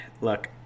look